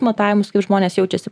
matavimus kaip žmonės jaučiasi